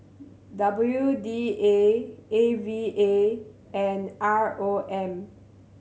W D A A V A and R O M